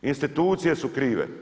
Institucije su krive.